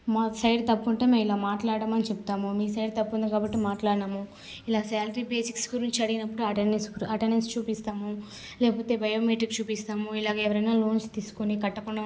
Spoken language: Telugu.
మా సైడ్ తప్పుంటే మేము ఇలా మాట్లాడము అని చెప్తాము మీ సైడ్ తప్పుంది కాబట్టి మాట్లాడినాము ఇలా స్యాలరీ బేసిక్స్ గురించి అడిగినప్పుడు అటెండెన్స్ అటెండెన్స్ చూపిస్తాము లేకపోతే బయోమెట్రిక్స్ చూపిస్తాము ఇలా ఎవరైనా లోన్స్ తీసుకుని కట్టకుండా ఉండడం వల్ల